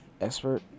expert